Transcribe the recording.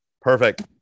perfect